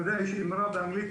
יש אמירה באנגלית,